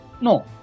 No